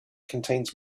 contains